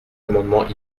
amendements